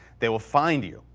they will find you,